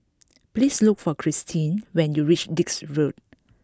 please look for Christeen when you reach Dix Road